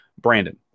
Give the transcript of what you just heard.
brandon